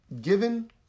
given